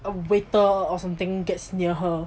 a waiter or something gets near her